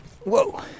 Whoa